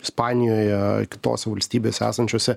ispanijoje ar kitose valstybėse esančiose